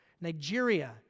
Nigeria